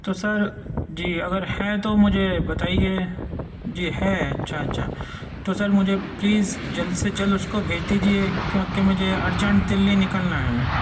تو سر جی اگر ہے تو مجھے بتائیے جی ہے اچھا اچھا تو سر مجھے پلیز جلد سے جلد اس کو بھیج دیجیے کیونکہ مجھے ارجینٹ دلی نکلنا ہے